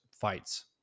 fights